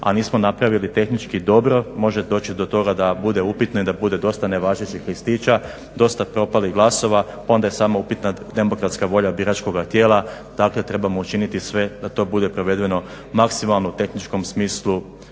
A nismo napravili tehnički dobro, može doći do toga da bude upitno i da bude dosta nevažećih listića, dosta propalih glasova. Onda je samo upitna demokratska volja biračkoga tijela. Dakle trebamo učiniti sve da to bude provedeno maksimalno u tehničkom smislu